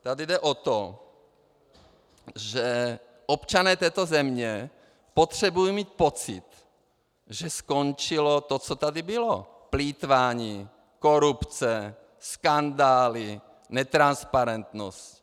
Tady jde o to, že občané této země potřebují mít pocit, že skončilo to, co tady bylo plýtvání, korupce, skandály, netransparentnost.